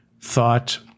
thought